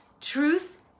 Truth